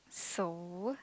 so